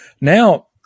now